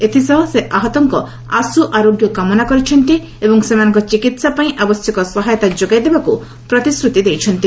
ଏଥିସହ ସେ ଆହତଙ୍କ ଆଶ୍ରଆରୋଗ୍ୟ କାମନା କରିଛନ୍ତି ଏବଂ ସେମାନଙ୍କ ଚିକିତ୍ସା ପାଇଁ ଆବଶ୍ୟକ ସହାୟତା ଯୋଗାଇଦେବାକୁ ପ୍ରତିଶ୍ରତି ଦେଇଛନ୍ତି